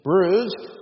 Bruised